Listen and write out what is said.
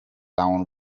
down